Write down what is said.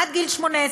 עד גיל 18,